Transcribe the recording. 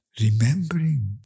Remembering